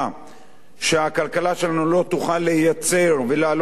שאם הכלכלה שלנו לא תוכל לייצר ולעלות בתוצר,